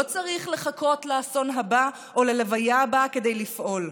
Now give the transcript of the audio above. לא צריך לחכות לאסון הבא או ללוויה הבאה כדי לפעול.